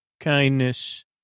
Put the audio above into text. kindness